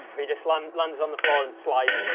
we just lands lands on the floor and slides.